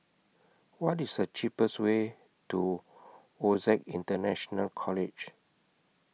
What IS The cheapest Way to OSAC International College